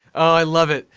i love it!